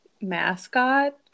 mascot